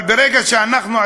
אבל ברגע שאנחנו,